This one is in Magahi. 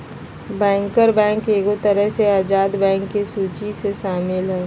बैंकर बैंक एगो तरह से आजाद बैंक के सूची मे शामिल हय